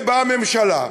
והנה באה הממשלה,